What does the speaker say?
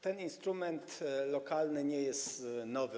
Ten instrument lokalny nie jest nowy.